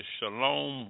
Shalom